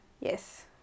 Yes